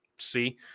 See